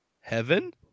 Heaven